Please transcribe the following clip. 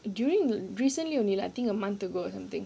during the recently only like I think a month ago or something